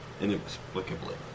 inexplicably